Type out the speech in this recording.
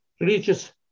religious